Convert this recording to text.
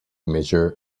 measure